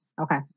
Okay